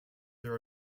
there